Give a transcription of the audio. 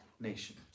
nation